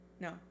no